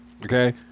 Okay